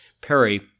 Perry